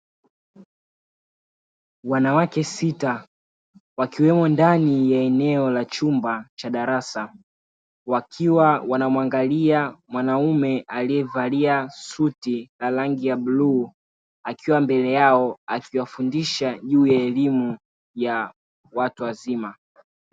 Wanawake sita wakiwemo ndani ya eneo la chumba cha darasa wakiwa wanamuangalia mwanaume aliyevalia suti la rangi ya bluu akiwa mbele yao akiwafundisha juu ya elimu ya watu wazima.